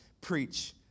preach